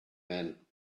man